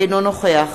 אינו נוכח